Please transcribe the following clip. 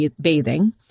bathing